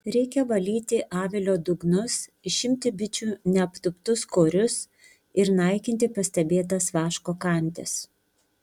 reikia valyti avilio dugnus išimti bičių neaptūptus korius ir naikinti pastebėtas vaško kandis